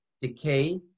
decay